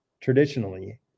traditionally